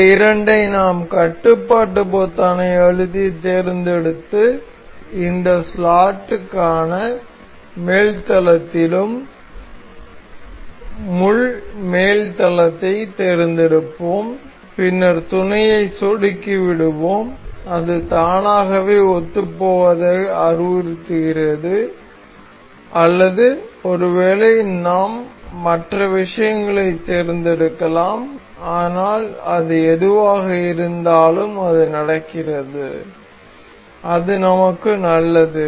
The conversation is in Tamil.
இந்த இரண்டை நாம் கட்டுப்பாடு பொத்தானை அழுத்தி தேர்ந்தெடுத்து இந்த ஸ்லாட்டுக்கான மேல் தளத்திலும் முள் மேல் தளத்தைத் தேர்ந்தெடுப்போம் பின்னர் துணையை சொடுக்கி விடுவோம் அது தானாகவே ஒத்துப்போவதாக அறிவுறுத்துகிறது அல்லது ஒருவேளை நாம் மற்ற விஷயங்களைத் தேர்ந்தெடுக்கலாம் ஆனால் அது எதுவாக இருந்தாலும் அது நடக்கிறது அது நமக்கு நல்லது